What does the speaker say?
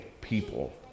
people